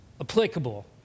applicable